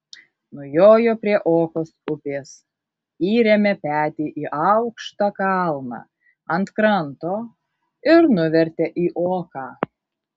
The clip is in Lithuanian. nujojo prie okos upės įrėmė petį į aukštą kalną ant kranto ir nuvertė į oką